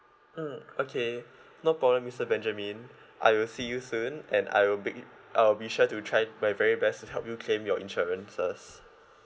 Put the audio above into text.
mm okay no problem mister benjamin I will see you soon and I will be I'll be sure to try my very best to help you claim your insurances